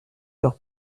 leur